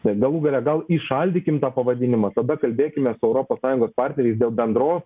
galų gale gal įšaldykim tą pavadinimą tada kalbėkimės su europos sąjungos partneriais dėl bendros